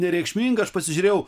nereikšminga aš pasižiūrėjau